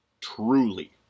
truly